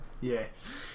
yes